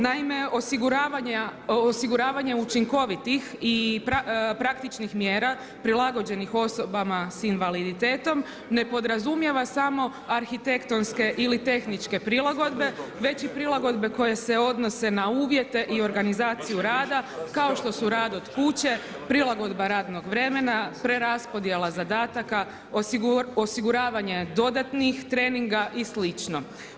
Naime, osiguravanje učinkovitih i praktičnih mjera prilagođenih osobama s invaliditetom, ne podrazumijeva samo arhitektonske ili tehničke prilagodbe, već i prilagodbe koje se odnose na uvjete i organizaciju rada, kao što su rad od kuće, prilagodba radnog vremena, preraspodjela zadataka, osiguravanje dodatnih treninga i slično.